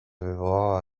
wywołała